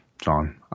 John